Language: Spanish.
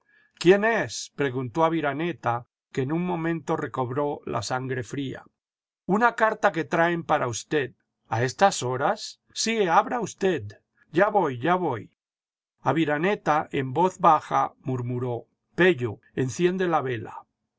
quién es preguntó aváraneta que en un momento recobró la sangre fría una carta que traen para usted a estas horas sí abra usted jya voy ya voy aviraneta en voz b ija murmuró pello enciende la vela